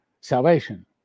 salvation